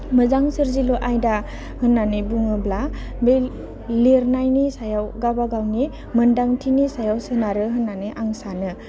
मोजां सोरजिलु आयदा होननानै बुङोब्ला बे लिरनायनि सायाव गावबागावनि मोन्दांथिनि सायाव सोनारो होननानै आं सानो